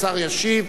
השר ישיב.